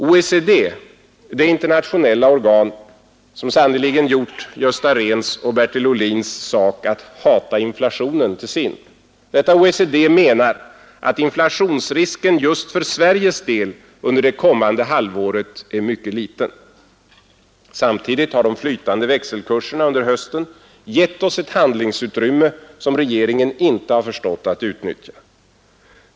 OECD -— det internationella organ som sannerligen gjort Gösta Rehns och Bertil Ohlins sak att ”hata inflationen” till sin — menar att inflationsrisken just för Sveriges del under det kommande halvåret är mycket liten. Samtidigt har de flytande växelkurserna under hösten gett oss ett handlingsutrymme som regeringen inte har förstått att utnyttja.